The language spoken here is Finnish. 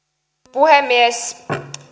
puhemies